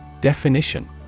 Definition